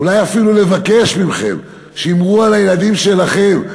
אולי אפילו לבקש מכם: שמרו על הילדים שלכם,